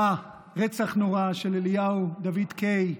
רצח נורא, של אליהו דוד קיי,